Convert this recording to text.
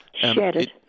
Shattered